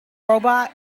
robots